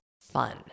fun